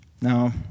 Now